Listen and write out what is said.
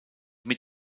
mit